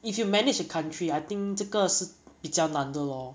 if you manage a country I think 这个是比较难的 lor